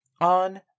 on